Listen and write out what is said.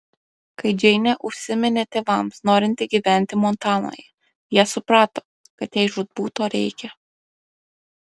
kai džeinė užsiminė tėvams norinti gyventi montanoje jie suprato kad jai žūtbūt to reikia